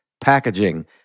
packaging